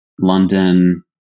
London